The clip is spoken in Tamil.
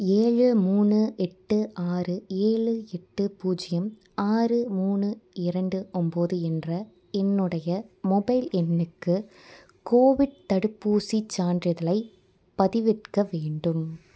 ஏழு மூணு எட்டு ஆறு ஏழு எட்டு பூஜ்ஜியம் ஆறு மூணு இரண்டு ஒம்பது என்ற என்னுடைய மொபைல் எண்ணுக்கு கோவிட் தடுப்பூசிச் சான்றிதழைப் பதிவிறக்க வேண்டும்